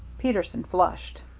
peterson flushed.